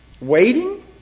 waiting